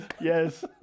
yes